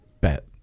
bet